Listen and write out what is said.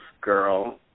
girl